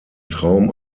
traum